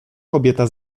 kobieta